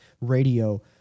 radio